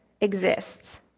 exists